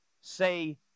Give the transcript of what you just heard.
say